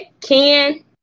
Ken